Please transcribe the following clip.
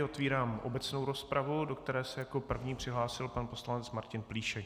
Otvírám obecnou rozpravu, do které se jako první přihlásil pan poslanec Martin Plíšek.